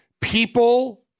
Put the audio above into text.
people